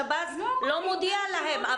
השב"ס לא מודיע להם.